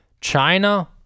China